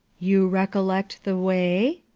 you recollect the way?